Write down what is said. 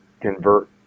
convert